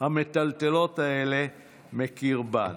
המטלטלות האלה מקרבם.